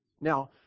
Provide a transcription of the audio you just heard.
Now